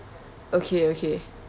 okay okay